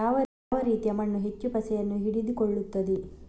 ಯಾವ ರೀತಿಯ ಮಣ್ಣು ಹೆಚ್ಚು ಪಸೆಯನ್ನು ಹಿಡಿದುಕೊಳ್ತದೆ?